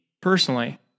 personally